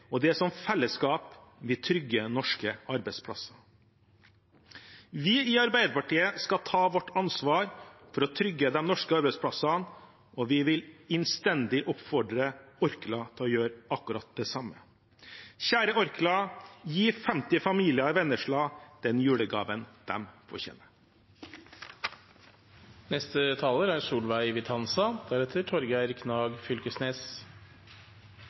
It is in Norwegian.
og det er som fellesskap vi trygger norske arbeidsplasser. Vi i Arbeiderpartiet skal ta vårt ansvar for å trygge de norske arbeidsplassene, og vi vil innstendig oppfordre Orkla til å gjøre akkurat det samme. Kjære Orkla, gi 50 familier i Vennesla den julegaven